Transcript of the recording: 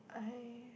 I